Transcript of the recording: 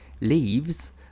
leaves